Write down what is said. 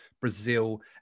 brazil